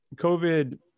COVID